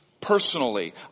personally